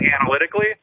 analytically